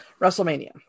WrestleMania